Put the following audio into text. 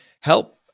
help